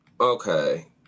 Okay